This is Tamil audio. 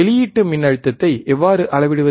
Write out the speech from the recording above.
வெளியீட்டு மின்னழுத்தத்தை எவ்வாறு அளவிடுவது